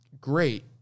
Great